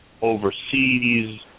overseas